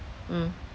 mm